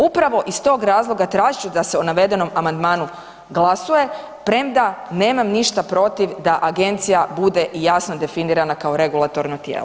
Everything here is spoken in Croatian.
Upravo iz tog razloga tražit ću se da o navedenom amandmanu glasuje, premda nemam ništa protiv da Agencija bude i jasno definirana kao regulatorno tijelo.